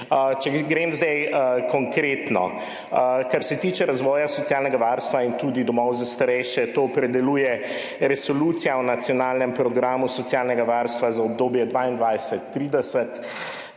Če grem zdaj konkretno, kar se tiče razvoja socialnega varstva in tudi domov za starejše, to opredeljuje Resolucija o nacionalnem programu socialnega varstva za obdobje 2022–2030.